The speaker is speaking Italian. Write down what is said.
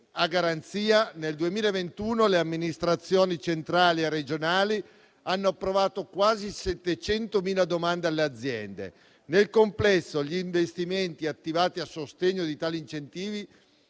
a garanzia), nel 2021 le amministrazioni centrali e regionali hanno approvato quasi 700.000 domande alle aziende. Nel complesso, gli investimenti attivati a sostegno di tali incentivi